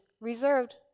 reserved